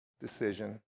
Decision